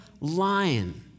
lion